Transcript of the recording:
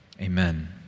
Amen